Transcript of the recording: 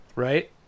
right